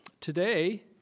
today